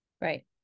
Right